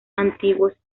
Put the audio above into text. antiguos